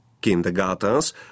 Kindergartens